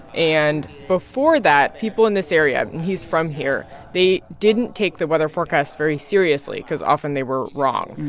and before that, people in this area and he's from here they didn't take the weather forecasts very seriously because often, they were wrong.